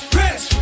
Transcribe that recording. rich